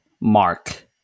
Mark